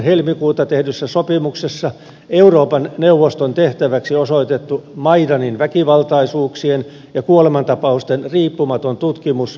helmikuuta tehdyssä sopimuksessa euroopan neuvoston tehtäväksi osoitettu maidanin väkivaltaisuuksien ja kuolemantapausten riippumaton tutkimus myös toimeenpannaan